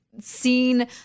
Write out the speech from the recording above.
seen